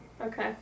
Okay